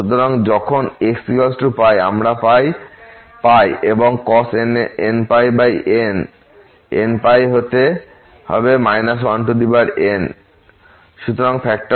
সুতরাং যখন x π আমরা পাই এবং cos nπ nnπ হতে হবে 1n